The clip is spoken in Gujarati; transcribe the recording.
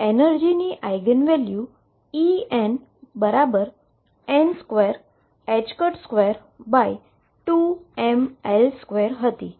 તો એનર્જીની આઈગન વેલ્યુ Enn222mL2 હતી